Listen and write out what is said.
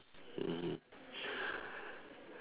mmhmm